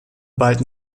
bald